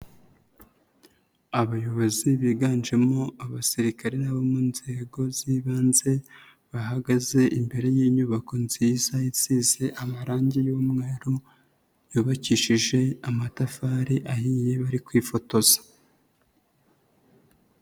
Abayobozi biganjemo abasirikare n'abo mu nzego z'ibanze, bahagaze imbere y'inyubako nziza isize amarangi y'umweru, yubakishije amatafari ahiye, bari kwifotoza.